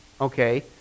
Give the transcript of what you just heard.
okay